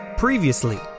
Previously